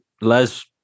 Les